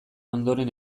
ondoren